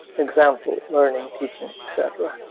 example learning teaching etc.